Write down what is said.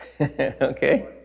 Okay